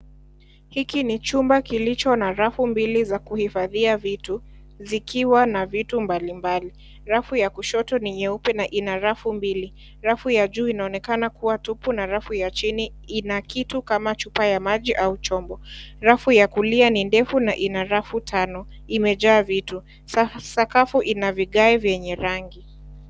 Hiki ni chumba kilicho na rafu mbili za kuhifathia viti , zikiwa na viti mbalimbali. Rafu ya kushoto ni nyeupe na ina rafu mbili. Rafu ya juu inaonekana kuwa tupu na rafu ya chini ina kitu kama chupa ya maji au chombo. Rafu ya kulia ni ndefu na ina rafu Tano. Imejaa vitu. Sakafu ina vigai vyenye rangi.